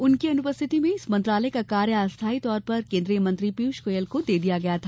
उनकी अनुपस्थिति में इस मंत्रालय का कार्य अस्थााई तौर पर केन्द्रीय मंत्री पीयूष गोयल को दे दिया गया था